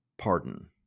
Pardon